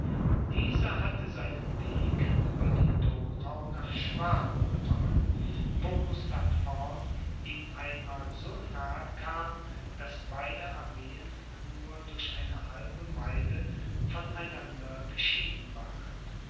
dieser hatte seinen weg über die donau nach schwaben genommen wo gustav horn ihm einmal so nahe kam daß beide armeen nur durch eine halbe meile von einander geschieden waren